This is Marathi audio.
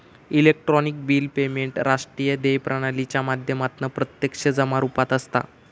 इलेक्ट्रॉनिक बिल पेमेंट राष्ट्रीय देय प्रणालीच्या माध्यमातना प्रत्यक्ष जमा रुपात असता